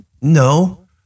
No